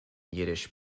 yiddish